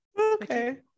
okay